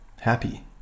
happy